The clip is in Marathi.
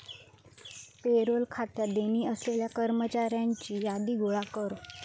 पेरोल खात्यात देणी असलेल्या कर्मचाऱ्यांची यादी गोळा कर